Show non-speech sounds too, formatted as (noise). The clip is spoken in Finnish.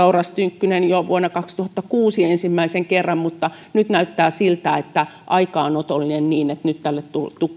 (unintelligible) oras tynkkynen jo vuonna kaksituhattakuusi ensimmäisen kerran mutta nyt näyttää siltä että aika on otollinen niin että nyt tälle